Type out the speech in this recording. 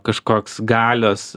kažkoks galios